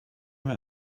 time